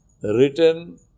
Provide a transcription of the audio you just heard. written